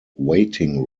waiting